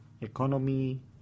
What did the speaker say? economy